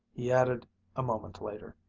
he added a moment later,